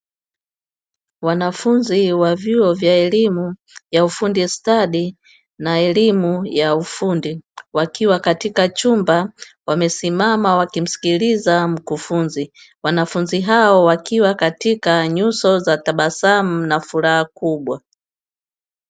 Wanafunzi wa vyuo vya elimu ya ufundi stadi na elimu ya ufundi, wakiwa katika chumba wamesimama wakimsikiliza mkufunzi. Wanafunzi hao wakiwa katika nyuso za tabasamu na furaha kubwa.